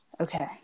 Okay